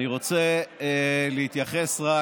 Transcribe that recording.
אני רוצה להתייחס רק